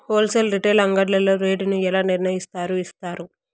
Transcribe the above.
Whole sale retail అంగడ్లలో rate ను ఎలా నిర్ణయిస్తారు యిస్తారు?